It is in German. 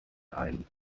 ein